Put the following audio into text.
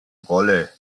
rolle